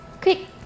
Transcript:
Quick